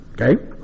Okay